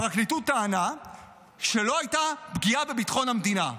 הפרקליטות טענה שלא הייתה פגיעה בביטחון המדינה.